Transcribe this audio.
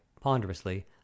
ponderously